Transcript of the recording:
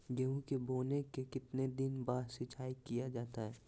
गेंहू के बोने के कितने दिन बाद सिंचाई किया जाता है?